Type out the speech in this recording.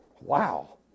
wow